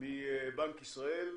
מבנק ישראל.